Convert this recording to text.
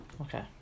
Okay